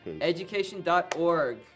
Education.org